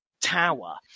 tower